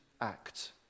act